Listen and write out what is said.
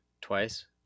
twice